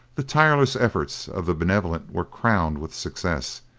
the tireless efforts of the benevolent were crowned with success,